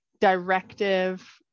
directive